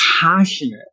passionate